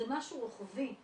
זה משהו רוחבי,